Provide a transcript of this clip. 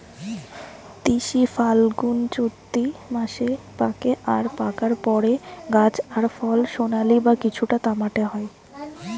তিসি ফাল্গুনচোত্তি মাসে পাকে আর পাকার পরে গাছ আর ফল সোনালী বা কিছুটা তামাটে হয়